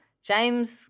James